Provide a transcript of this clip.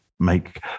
Make